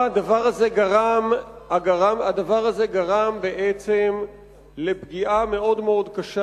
הדבר הזה גרם בעצם לפגיעה קשה.